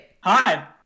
Hi